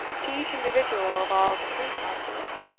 to each individual of all the three classes.